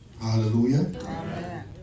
Hallelujah